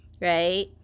right